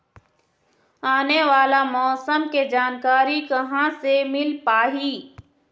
आने वाला मौसम के जानकारी कहां से मिल पाही?